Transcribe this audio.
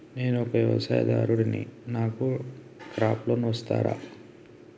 నేను ఒక వ్యవసాయదారుడిని నాకు క్రాప్ లోన్ ఇస్తారా?